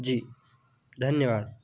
जी धन्यवाद